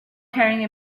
carrying